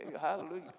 hallelujah